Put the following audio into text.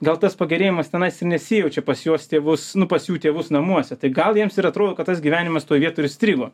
gal tas pagerėjimas tenais ir nesijaučia pas jos tėvus nu pas jų tėvus namuose tai gal jiems ir atrodo kad tas gyvenimas toj vietoj ir strigo